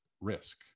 risk